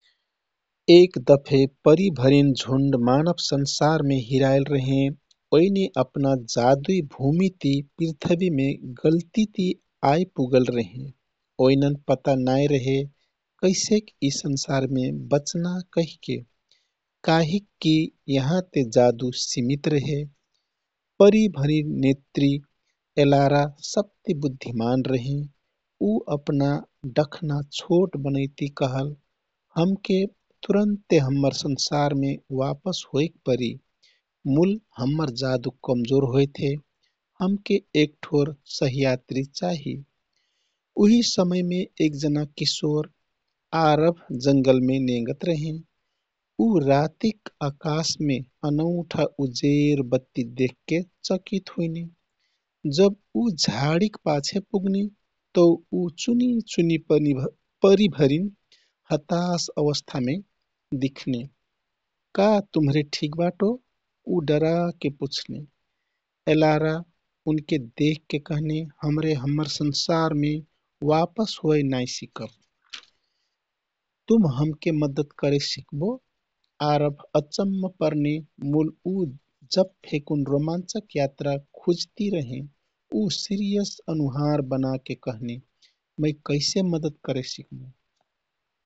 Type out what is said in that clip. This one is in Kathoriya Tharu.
एक दफे परी भरिन झुन्ड मानव संसारमे हिराइल रहेँ। ओइने अपना जादुई भूमि पृथ्वीमे गल्तिती आइपुगल रहेँ। ओइनन पत्ता नाइ रहे, कैसेक यी संसारमे बच्ना कहिके, काहिककी यहाँ ते जादु सीमित रेहे। परी भरिन नेतृ, एलारा सबति बुद्धिमान रेहे। उ अपना डखना छोट बनैति कहल हमके तुरून्ते हम्मर संसारमे वापस होइक परि, मूल हम्मर जादू कमजोर होइत हे। हमके एकठोर सहयात्री चाहि। उही समयमे एकजना किशोर आरब जंगलमे नेगत रेहेँ। ऊ रातीक अकाशमे अनौठा उजेर बत्ती देखके चकित हुइने। जब उ झाडीक पाछे पुग्ने तौ उ चुनि-चिनि परी भरिन हतास अवस्थामे दिख्ने। का तुम्हरे ठिक बाटो? उ डराके पछ्ने। एलारा उनके देखके कहने, हमरे हम्मर संसारमे वापस हो नाइ सिकब। तुम हमके मद्दत करे सिकबो? आरब अचम्म पर्ने, मूल उ जब फेकुन रोमाञ्चक यात्रा खुहति रहें। उ सिरियस अनुहार बनाके कहने, मै कैसे मद्दत करे सिकमु?